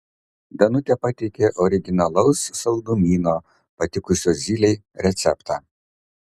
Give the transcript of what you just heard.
danutė pateikė originalaus saldumyno patikusio zylei receptą